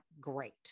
great